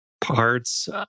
parts